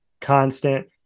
constant